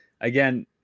again